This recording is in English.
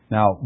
Now